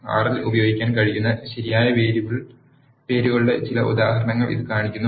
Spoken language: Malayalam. ആർ ൽ ഉപയോഗിക്കാൻ കഴിയുന്ന ശരിയായ വേരിയബിൾ പേരുകളുടെ ചില ഉദാഹരണങ്ങൾ ഇത് കാണിക്കുന്നു